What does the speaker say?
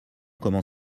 comment